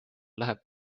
läheb